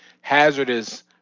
hazardous